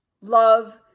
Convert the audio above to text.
love